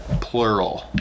plural